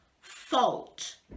fault